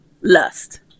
lust